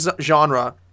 genre